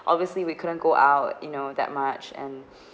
obviously we couldn't go out you know that much and